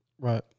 Right